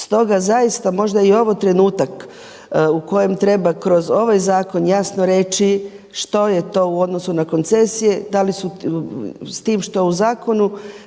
Stoga zaista možda je i ovo trenutak u kojem treba kroz ovaj zakon jasno reći što je to u odnosu na koncesije, s tim što se u zakonu